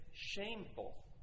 shameful